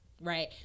right